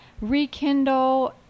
rekindle